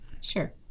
Sure